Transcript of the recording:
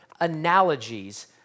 analogies